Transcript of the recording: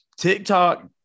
TikTok